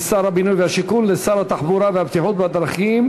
משר הבינוי והשיכון לשר התחבורה והבטיחות בדרכים.